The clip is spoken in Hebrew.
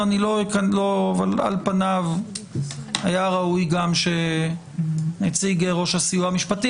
על פניו היה ראוי שגם נציג ראש הסיוע המשפטי